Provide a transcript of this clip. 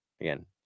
again